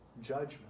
judgment